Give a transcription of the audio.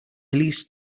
leased